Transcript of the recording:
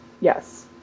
Yes